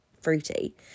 fruity